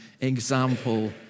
example